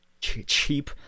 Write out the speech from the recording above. cheap